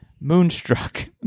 Moonstruck